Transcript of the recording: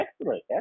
excellent